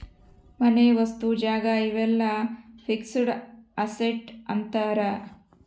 ಮನೆ ವಸ್ತು ಜಾಗ ಇವೆಲ್ಲ ಫಿಕ್ಸೆಡ್ ಅಸೆಟ್ ಅಂತಾರ